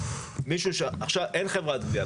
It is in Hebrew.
נניח שאין חברת גבייה,